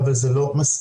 אבל זה לא מספיק,